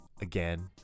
again